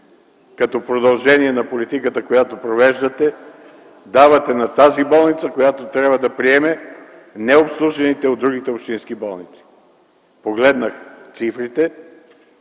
като продължение на политиката, която провеждате, давате на тази болница, която трябва да приеме необслужените от другите общински болници? Погледнах цифрите